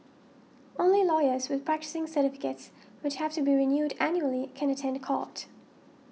only lawyers with practising certificates which have to be renewed annually can attend the court